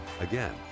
Again